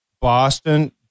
Boston